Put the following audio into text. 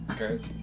okay